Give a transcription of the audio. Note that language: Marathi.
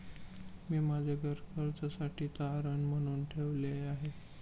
मी माझे घर कर्जासाठी तारण म्हणून ठेवले आहे